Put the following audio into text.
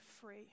free